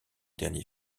dernier